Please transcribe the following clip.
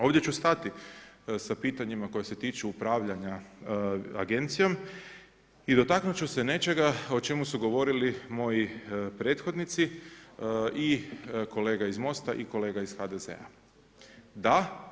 Ovdje ću stati sa pitanjima koje su tiču upravljanja agencijom i dotaknut ću se nečega o čemu su govorili moji prethodnici i kolega iz MOST-a i kolega iz HDZ-a.